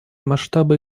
масштабы